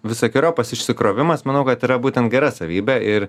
visokeriopas išsikrovimas manau kad yra būtent gera savybė ir